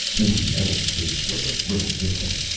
maybe etl's case was a little different.